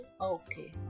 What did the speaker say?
Okay